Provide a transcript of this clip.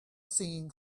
singing